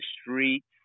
streets